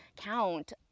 count